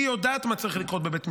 היא יודעת מה צריך לקרות בבית משפט.